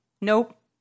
nope